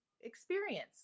experience